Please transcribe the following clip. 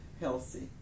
healthy